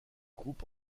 groupe